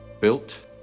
built